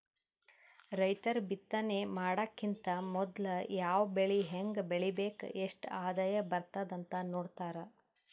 ರೈತರ್ ಬಿತ್ತನೆ ಮಾಡಕ್ಕಿಂತ್ ಮೊದ್ಲ ಯಾವ್ ಬೆಳಿ ಹೆಂಗ್ ಬೆಳಿಬೇಕ್ ಎಷ್ಟ್ ಆದಾಯ್ ಬರ್ತದ್ ಅಂತ್ ನೋಡ್ತಾರ್